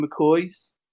McCoys